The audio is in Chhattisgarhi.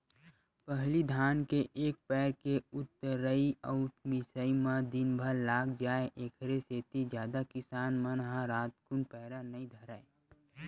पहिली धान के एक पैर के ऊतरई अउ मिजई म दिनभर लाग जाय ऐखरे सेती जादा किसान मन ह रातकुन पैरा नई धरय